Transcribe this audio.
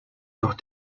doch